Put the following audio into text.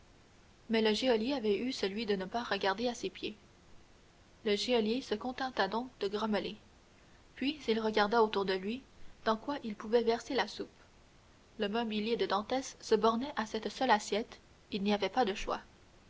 mais le geôlier avait eu celui de ne pas regarder à ses pieds le geôlier se contenta donc de grommeler puis il regarda autour de lui dans quoi il pouvait verser la soupe le mobilier de dantès se bornait à cette seule assiette il n'y avait pas de choix